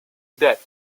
death